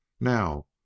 now